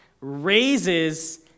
raises